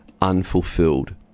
unfulfilled